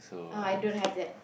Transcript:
uh I don't have that